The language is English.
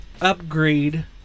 Upgrade